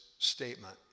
statement